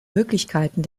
möglichkeiten